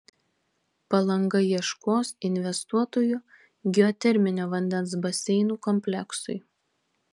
palanga ieškos investuotojų geoterminio vandens baseinų kompleksui